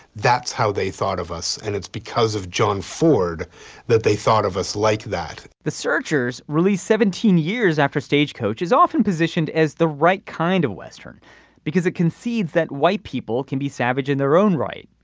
that's how they thought of us. and it's because of john ford that they thought of us like that the searchers released seventeen years after stagecoach is often positioned as the right kind of western because it concedes that white people can be savage in their own right.